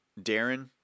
Darren